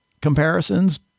comparisons